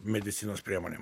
medicinos priemonėm